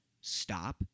stop